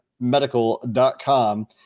medical.com